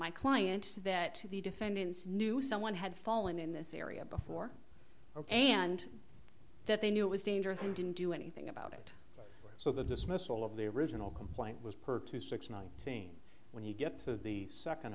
my client that the defendants knew someone had fallen in this area before and that they knew it was dangerous and didn't do anything about it so the dismissal of the original complaint was per to six nineteen when you get to the second